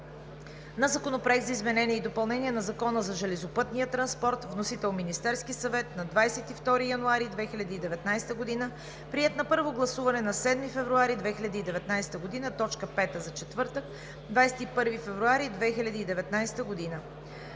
на Законопроект за изменение и допълнение на Закона за железопътния транспорт. Вносител е Министерският съвет на 22 януари 2019 г. Приет на първо гласуване на 7 февруари 2019 г. – точка пета за четвъртък, 21 февруари 2019 г.